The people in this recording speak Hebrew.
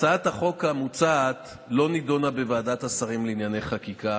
הצעת החוק המוצעת לא נדונה בוועדת השרים לענייני חקיקה.